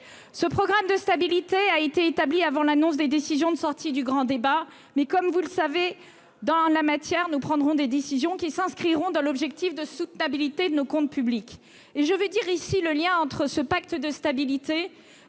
Ce programme de stabilité a été établi avant l'annonce des décisions de sortie du grand débat, mais, comme vous le savez, en la matière, nous prendrons des décisions qui s'inscriront dans l'objectif de soutenabilité de nos comptes publics. Je veux dire le lien entre ce pacte de stabilité